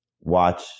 watch